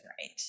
right